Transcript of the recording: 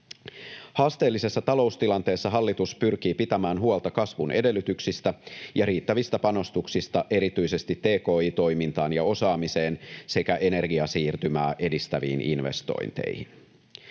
Haasteellisessa taloustilanteessa hallitus pyrkii pitämään huolta kasvun edellytyksistä ja riittävistä panostuksista erityisesti tki-toimintaan ja osaamiseen sekä energiasiirtymää edistäviin investointeihin.